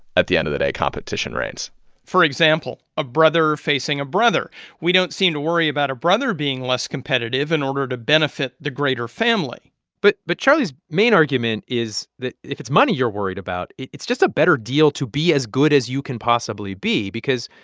at the end of the day, competition reigns for example, a brother facing a brother we don't seem to worry about a brother being less competitive in order to benefit the greater family but but charlie's main argument is that if it's money you're worried about, it's just a better deal to be as good as you can possibly be because,